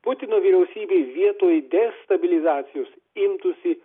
putino vyriausybė vietoj destabilizacijos imtųsi